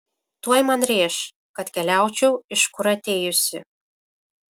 tuoj man rėš kad keliaučiau iš kur atėjusi